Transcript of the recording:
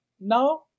Now